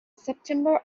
september